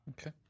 okay